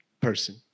person